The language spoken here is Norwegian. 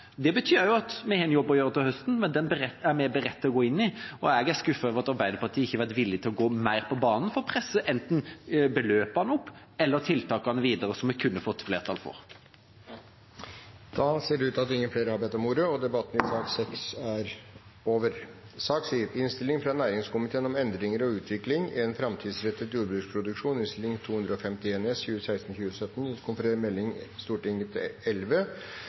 Det betyr også at vi har en jobb å gjøre til høsten, og den er vi beredt til å gå inn i, og jeg er skuffet over at Arbeiderpartiet ikke har vært villig til å gå mer på banen for å presse enten beløpene opp eller tiltakene videre, som vi kunne fått flertall for. Flere har ikke bedt om ordet til sak nr. 6. Etter ønske fra næringskomiteen vil presidenten foreslå at debatten blir begrenset til 1 time og 45 minutter, og